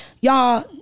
y'all